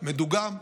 מדוגם,